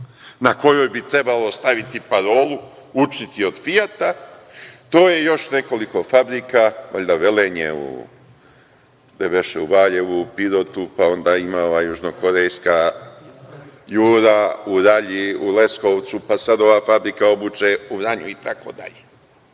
na kojoj bi trebalo staviti parolu – učiti od Fijata. To je još nekoliko fabrika, valjda Velenje u Valjevu, u Pirotu, pa onda ima južnokorejska „Jura“, u Ralji, u Leskovcu, pa sada ova fabrika obuće u Vranju itd. Mi